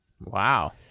Wow